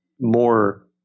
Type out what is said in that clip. more